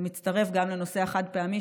זה מצטרף גם לנושא החד-פעמי,